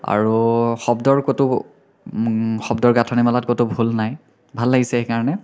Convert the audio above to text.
আৰু শব্দৰ ক'তো শব্দৰ গাঁঠনিমালাত কোনো ভুল নাই ভাল লাগিছে সেইকাৰণে